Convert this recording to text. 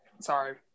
sorry